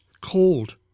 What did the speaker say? Cold